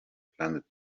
planet